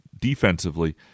defensively